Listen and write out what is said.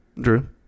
Drew